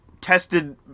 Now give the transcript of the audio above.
tested